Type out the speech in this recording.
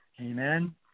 Amen